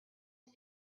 his